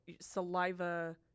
saliva